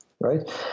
Right